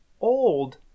old